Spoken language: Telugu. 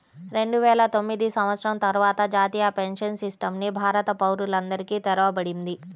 రెండువేల తొమ్మిది సంవత్సరం తర్వాత జాతీయ పెన్షన్ సిస్టమ్ ని భారత పౌరులందరికీ తెరవబడింది